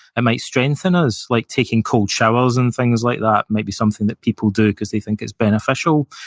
and might strengthen us, like taking cold showers and things like that might be something that people do because they think it's beneficial,